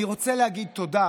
"אני רוצה להגיד תודה",